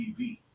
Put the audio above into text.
TV